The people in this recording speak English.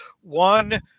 one